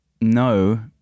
No